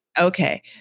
Okay